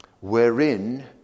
wherein